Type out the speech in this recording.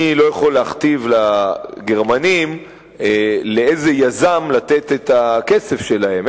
אני לא יכול להכתיב לגרמנים לאיזה יזם לתת את הכסף שלהם.